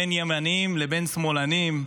בין ימנים לבין שמאלנים,